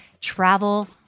travel